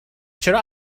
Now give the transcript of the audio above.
چرا